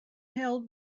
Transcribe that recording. held